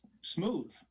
smooth